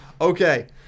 Okay